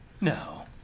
No